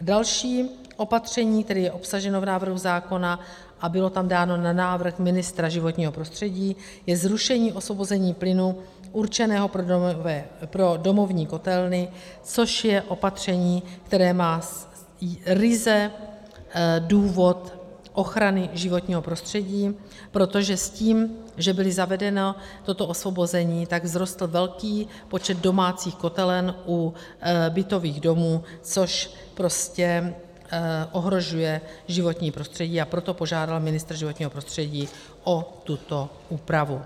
Další opatření, které je obsaženo v návrhu zákona a bylo tam dáno na návrh ministra životního prostředí, je zrušení osvobození plynu určeného pro domovní kotelny, což je opatření, které má ryze důvod ochrany životního prostředí, protože s tím, že bylo zavedeno toto osvobození, tak vzrostl velký počet domácích kotelen u bytových domů, což prostě ohrožuje životní prostředí, a proto požádal ministr životního prostředí o tuto úpravu.